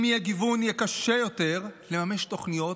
אם יהיה גיוון, יהיה קשה יותר לממש תוכניות